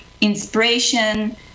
inspiration